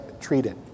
treated